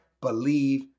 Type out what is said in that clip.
believe